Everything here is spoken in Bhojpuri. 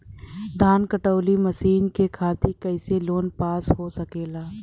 धान कांटेवाली मशीन के खातीर कैसे लोन पास हो सकेला?